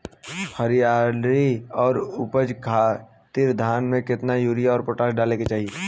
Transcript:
हरियाली और उपज खातिर धान में केतना यूरिया और पोटाश डाले के होई?